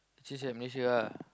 change at Malaysia ah